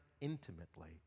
intimately